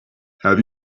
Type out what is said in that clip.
have